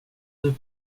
deux